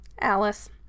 Alice